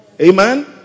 Amen